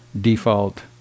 default